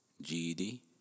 GED